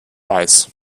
weiß